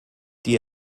die